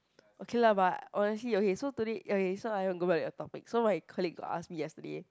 okay lah but honestly okay so today okay so I want go back your topic so my colleague got ask me yesterday